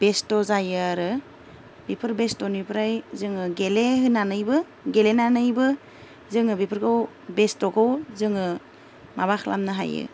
बेस्त' जायो आरो बेफोर बेस्ट'निफ्राय जोङो गेलेहोनानैबो गेलेनानैबो जोङो बेफोरखौ बेस्ट'खौ जोङो माबा खालामनो हायो